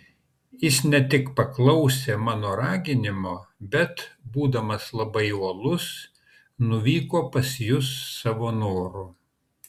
jis ne tik paklausė mano raginimo bet būdamas labai uolus nuvyko pas jus savo noru